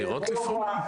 בחירות.